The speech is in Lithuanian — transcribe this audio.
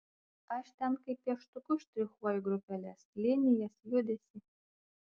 aš ten kaip pieštuku štrichuoju grupeles linijas judesį